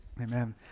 Amen